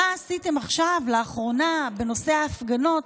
מה עשיתם עכשיו, לאחרונה, בנושא ההפגנות?